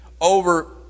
Over